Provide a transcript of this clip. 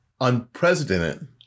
unprecedented